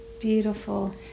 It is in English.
Beautiful